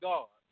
God